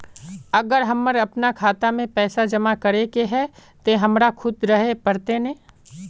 अगर हमर अपना खाता में पैसा जमा करे के है ते हमरा खुद रहे पड़ते ने?